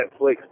Netflix